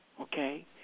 okay